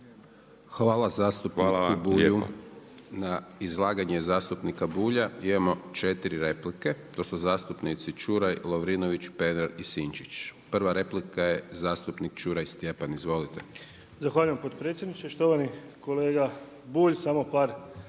Hvala zastupniku Bulju. Na izlaganje zastupnika Bulja imamo četiri replike. To su zastupnici Čuraj, Lovrinović, Pernar i Sinčić. Prva replika je zastupnik Čuraj Stjepan. Izvolite. **Čuraj, Stjepan (HNS)** Zahvaljujem potpredsjedniče. Štovani kolega Bulj, samo par